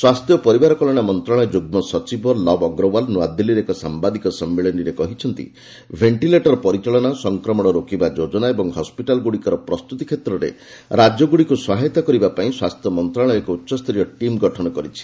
ସ୍ୱାସ୍ଥ୍ୟ ଓ ପରିବାର କଲ୍ୟାଣ ମନ୍ତ୍ରଣାଳୟ ଯୁଗ୍ ସଚିବ ଲବ୍ ଅଗ୍ରୱାଲ ନ୍ତଆଦିଲ୍ଲୀରେ ଏକ ସାମ୍ଭାଦିକ ସମ୍ମିଳନୀରେ କହିଛନ୍ତି ଭେଷ୍ଟିଲେଟର ପରିଚାଳନା ସଂକ୍ରମଣ ରୋକିବା ଯୋଜନା ଓ ହସ୍କିଟାଲଗୁଡ଼ିକର ପ୍ରସ୍ତୁତି କ୍ଷେତ୍ରରେ ରାଜ୍ୟଗୁଡ଼ିକୁ ସହାୟତା କରିବା ପାଇଁ ସ୍ୱାସ୍ଥ୍ୟ ମନ୍ତ୍ରଣାଳୟ ଏକ ଉଚ୍ଚସ୍ତରୀୟ ଟିମ୍ ଗଠନ କରିଛି